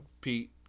Pete